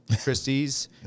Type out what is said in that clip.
Christie's